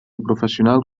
professional